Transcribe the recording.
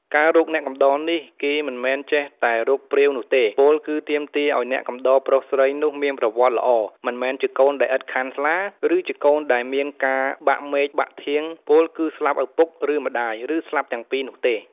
ការរកអ្នកកំដរនេះគេមិនមែនចេះតែរកព្រាវនោះទេ ពោលគឺទាមទារឱ្យអ្នកកំដរប្រុស ស្រីនោះមានប្រវត្តិល្អ មិនមែនជាកូនដែលឥតខាន់ស្លា ឬជាកូនដែលមានការបាក់មែកបាក់ធាង ពោលគឺ ស្លាប់ឪពុក ឬម្តាយ ឬស្លាប់ទាំងពីរនោះទេ។